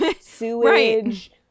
sewage